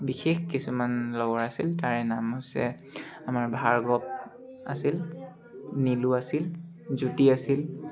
বিশেষ কিছুমান লগৰ আছিল তাৰে নাম হৈছে আমাৰ ভাৰ্গৱ আছিল নীলু আছিল জ্যোতি আছিল